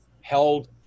held